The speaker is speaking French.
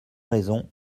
raison